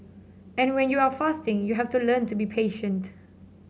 and when you are fasting you have to learn to be patient